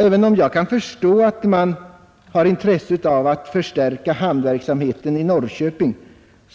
Även om jag kan förstå att man kan ha intresse av att förstärka hamnverksamheten i Norrköping